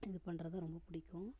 இது பண்ணுறது ரொம்ப பிடிக்கும்